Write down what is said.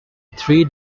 three